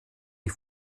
die